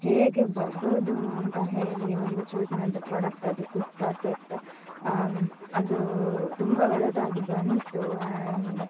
ಹೇಗೆ ಬರಬಹುದು ಅಂತ ಹೇಳಿ ಒಂದು ಚೂಸ್ ಮಾಡಿದ ಪ್ರಾಡಕ್ಟದು ಕುರ್ತಾ ಸೆಟ್ ಅದು ತುಂಬ ಒಳ್ಳೆಯದಾಗಿ ಬಂತು ಆ್ಯಂಡ್